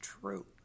true